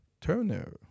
Turner